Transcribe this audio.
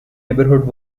neighbourhood